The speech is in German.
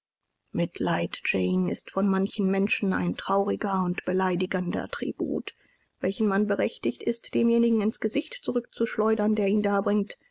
mitleid jane ist von manchen menschen ein trauriger und beleidigender tribut welchen man berechtigt ist demjenigen ins gesicht zurückzuschleudern der ihn